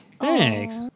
Thanks